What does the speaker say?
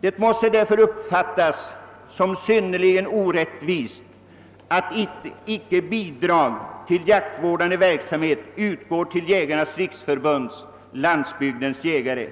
Det måste betraktas som synnerligen orättvist att bidrag till jaktvårdande verksamhet icke utgår till Jägarnas riksförbund—Landsbygdens jägare.